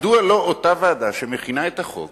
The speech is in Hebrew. מדוע לא אותה ועדה שמכינה את החוק